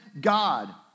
God